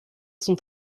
son